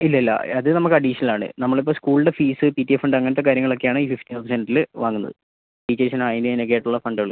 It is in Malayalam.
ഇല്ലില്ലാ അത് നമുക്ക് അഡീഷണൽ ആണ് നമ്മൾ ഇപ്പോൾ സ്കൂളിലെ fees P T A fund അങ്ങനത്തെ കാര്യങ്ങളൊക്കെ ആണ് ഈ ഫിഫ്റ്റി തൗസൻഡിൽ വാങ്ങുന്നത് ടീച്ചേഴ്സിനും അതിനും ഇതിനുമായിട്ടുള്ള ഫണ്ടുകൾ